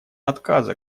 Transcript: отказа